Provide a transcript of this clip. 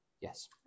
yes